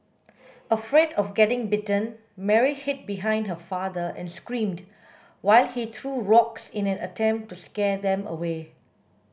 afraid of getting bitten Mary hid behind her father and screamed while he threw rocks in an attempt to scare them away